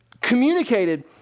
communicated